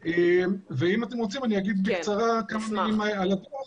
אגיד בקצרה כמה מילים על הדוח.